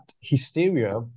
hysteria